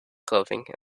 clothing